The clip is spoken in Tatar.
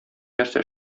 нәрсә